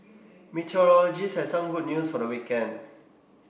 meteorologists had some good news for the weekend